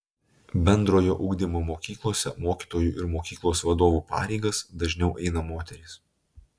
bendrojo ugdymo mokyklose mokytojų ir mokyklos vadovų pareigas dažniau eina moterys